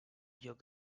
lloc